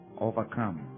overcome